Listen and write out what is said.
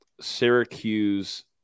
Syracuse